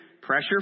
pressure